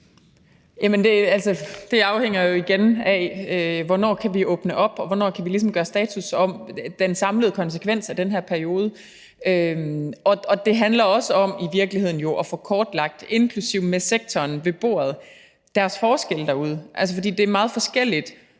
det afhænger jo igen af, hvornår vi kan åbne op, og hvornår vi ligesom kan gøre status over den samlede konsekvens af den her periode. Det handler jo i virkeligheden også om at få kortlagt, inklusive med sektoren ved bordet, forskellene derude. For det er meget forskelligt,